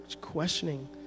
questioning